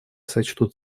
сочтут